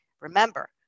Remember